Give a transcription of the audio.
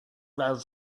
their